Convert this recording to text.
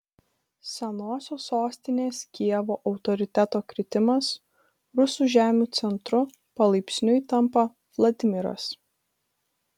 senosios sostinės kijevo autoriteto kritimas rusų žemių centru palaipsniui tampa vladimiras